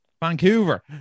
vancouver